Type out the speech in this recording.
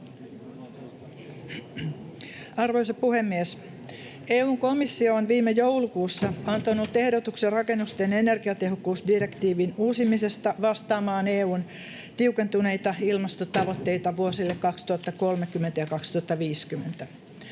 Arvoisa puhemies! EU:n komissio on viime joulukuussa antanut ehdotuksen rakennusten energiatehokkuusdirektiivin uusimisesta vastaamaan EU:n tiukentuneita ilmastotavoitteita vuosille 2030 ja 2050.